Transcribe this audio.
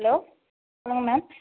hello சொல்லுங்கள் ma'am